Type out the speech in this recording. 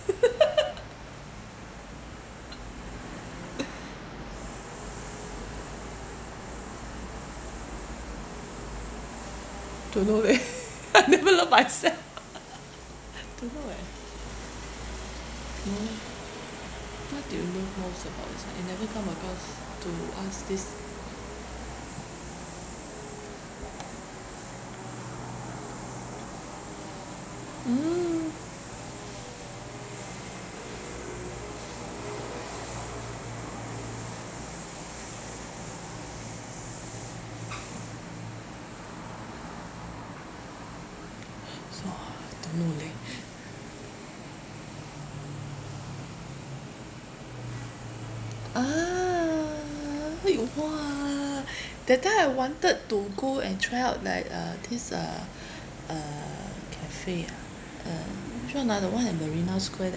don't know leh I never love myself don't know eh mm what do you love most about yourself I never come across to ask this mm so uh don't know leh ah you !wah! that time I wanted to go and try out like uh this uh uh cafe ah uh which one ah the one in marina square there